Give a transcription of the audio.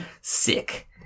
Sick